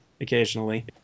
occasionally